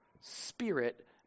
spirit